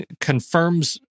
confirms